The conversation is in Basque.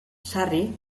sarri